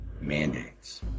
mandates